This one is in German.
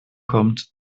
kommt